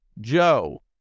joe